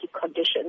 conditions